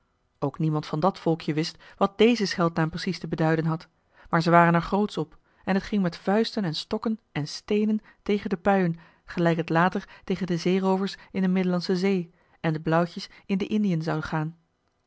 ook niemand van dat volkje wist wat déze scheldnaam precies te beduiden had maar ze waren er grootsch op en het ging met vuisten en stokken en steenen tegen de puien gelijk het later tegen de zeeroovers in de middellandsche zee en de blauwtjes in de indiën zou gaan